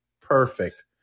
perfect